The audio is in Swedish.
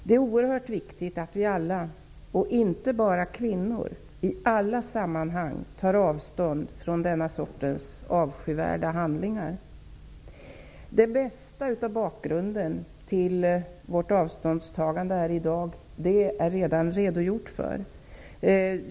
Det är oerhört viktigt att vi alla, och då inte bara kvinnor, i alla sammanhang tar avstånd från denna sortens avskyvärda handlingar. Det mesta av bakgrunden till vårt avståndstagande här i dag har man redan redogjort för.